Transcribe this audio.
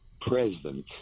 president